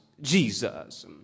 Jesus